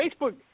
Facebook